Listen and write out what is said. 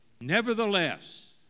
Nevertheless